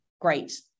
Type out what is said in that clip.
great